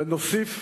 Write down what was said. ונוסיף